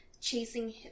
chasing